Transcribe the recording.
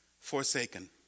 forsaken